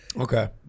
Okay